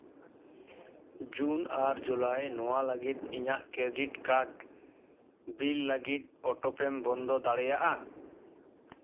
ᱡᱩᱱ ᱟᱨ ᱡᱩᱞᱟᱭ ᱱᱚᱣᱟ ᱞᱟᱹᱜᱤᱫ ᱤᱧᱟᱹᱜ ᱠᱨᱤᱰᱤᱴ ᱠᱟᱨᱰ ᱵᱤᱞ ᱞᱟᱹᱜᱤᱫ ᱚᱴᱳᱯᱮᱢ ᱵᱚᱱᱫᱚ ᱫᱟᱲᱮᱭᱟᱜᱼᱟ